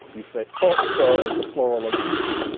you say posto as the plural of lucy.